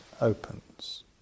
opens